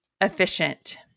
efficient